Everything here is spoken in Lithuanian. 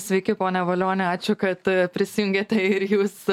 sveiki pone valioni ačiū kad prisijungėte ir jūs